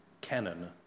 canon